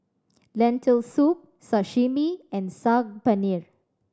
Lentil Soup Sashimi and Saag Paneer